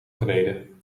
gereden